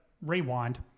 rewind